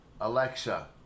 Alexa